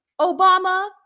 Obama